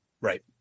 Right